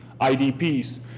IDPs